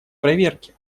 проверки